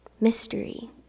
mystery